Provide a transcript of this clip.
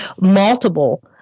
multiple